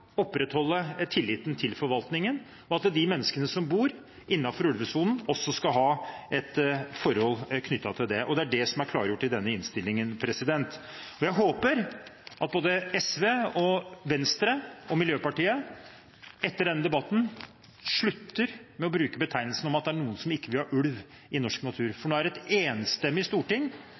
opprettholde tilliten til forvaltningen, og for at de menneskene som bor innenfor ulvesonen, også skal ha et forhold knyttet til det. Det er det som er klargjort i denne innstillingen. Jeg håper at både SV, Venstre og Miljøpartiet De Grønne etter denne debatten slutter med å bruke den betegnelsen at det er noen som ikke vil ha ulv i norsk natur. Nå er det et enstemmig storting